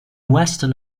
western